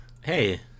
Hey